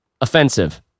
offensive